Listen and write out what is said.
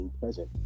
Present